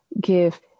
give